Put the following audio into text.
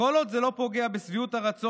כל עוד זה לא פוגע בשביעות הרצון